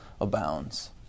abounds